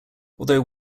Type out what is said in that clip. although